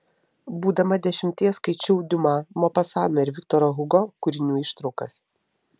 būdama dešimties skaičiau diuma mopasaną ir viktoro hugo kūrinių ištraukas